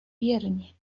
wiernie